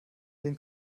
den